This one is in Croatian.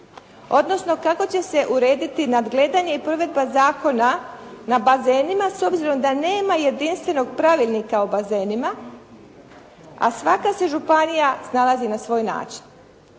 odnosno kako će se urediti nadgledanje i provedba zakona na bazenima s obzirom da nema jedinstvenog pravilnika o bazenima a svaka se županija snalazi na svoj način.